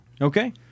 Okay